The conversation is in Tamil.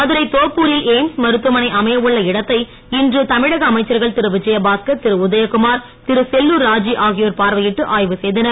மதுரை தோப்பூரில் எய்ம்ஸ் மருத்துவமனை அமைய உள்ள இடத்தை இன்று தமிழக அமைச்சர்கள் திரு விஜயபாஸ்கர் திரு உதயகுமார்திரு செல்லூர் ராஜு ஆகியோர் பார்வையிட்டு ஆய்வு செய்தனர்